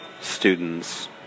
students